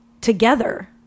together